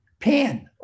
pan